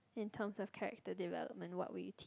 in terms of character development what would you teach